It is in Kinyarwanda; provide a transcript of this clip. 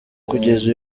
kugeza